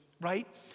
right